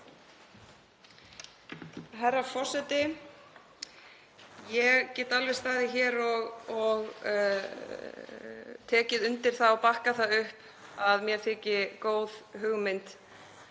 Herra forseti. Ég get alveg staðið hér og tekið undir það og bakkað það upp að mér þykir góð hugmynd